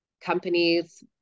companies